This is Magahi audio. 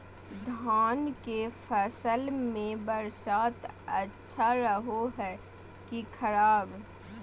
धान के फसल में बरसात अच्छा रहो है कि खराब?